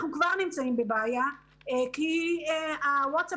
אנחנו כבר נמצאים בבעיה כי הוואטסאפים